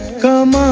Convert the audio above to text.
come